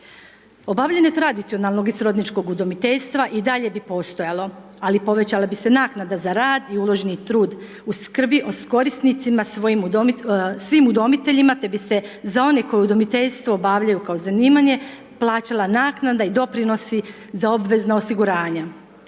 Obavljanje tradicionalnog i srodničkog udomiteljstva i dalje bi postojalo, ali povećala bi se naknada za rad i uloženi trud u skrbi o korisnicima svim udomiteljima, te bi se za one koji udomiteljstvo obavljaju kao zanimanje plaćala naknada i doprinosi za obvezno osiguranja.